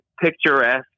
picturesque